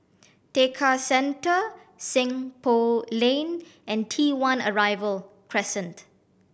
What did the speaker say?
Tekka Centre Seng Poh Lane and T One Arrival Crescent